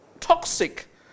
toxic